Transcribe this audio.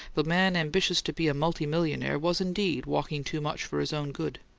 the man ambitious to be a multi-millionaire was indeed walking too much for his own good.